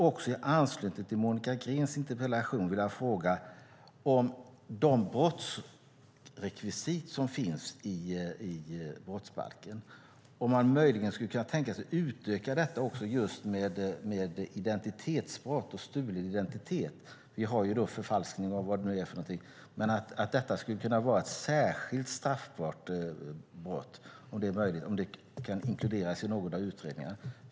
I anslutning till Monica Greens interpellation skulle jag också vilja fråga om de brottsrekvisit som finns i brottsbalken möjligen skulle kunna utökas med identitetsbrott och stulen identitet. Förfalskning och liknande är ju redan straffbart, men detta skulle kunna vara ett särskilt brott. Kan detta inkluderas i någon av utredningarna?